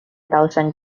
thousand